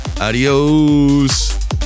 Adios